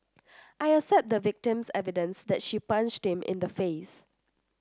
I accept the victim's evidence that she punched him in the face